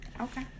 okay